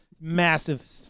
massive